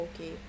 Okay